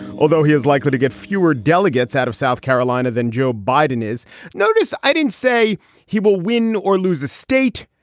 although he is likely to get fewer delegates out of south carolina than joe biden is notice i didn't say he will win or lose a state.